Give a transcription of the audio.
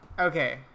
Okay